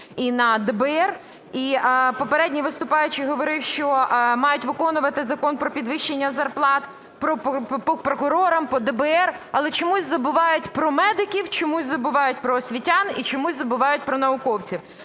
і на ДБР? І попередній виступаючий говорив, що мають виконувати Закон про підвищення зарплат прокурорам, по ДБР, але чомусь забувають про медиків, чомусь забувають про освітян і чомусь забувають про науковців.